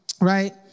right